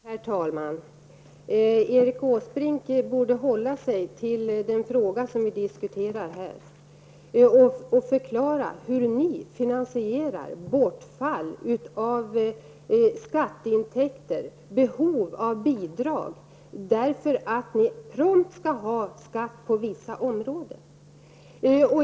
Herr talman! Erik Åsbrink borde hålla sig till den fråga som vi diskuterar här och förklara hur ni socialdemokrater finansierar bortfall av skatteintäkter och tillgodoser behov av bidrag därför att ni prompt vill ha skatt på vissa områden.